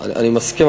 אני מסכים,